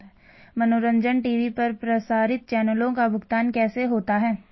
मनोरंजन टी.वी पर प्रसारित चैनलों का भुगतान कैसे होता है?